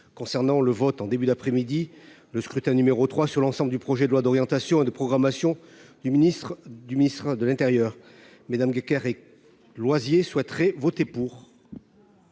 concernant le vote en début d'après-midi, le scrutin, numéro 3 sur l'ensemble du projet de loi d'orientation et de programmation du ministre, du ministre de l'Intérieur mesdames et Loisier souhaiteraient voter pour.